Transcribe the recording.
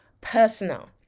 personal